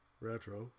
retro